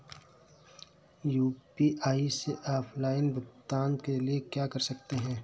UPI से offline भुगतान के लिए क्या कर सकते हैं?